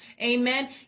Amen